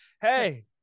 hey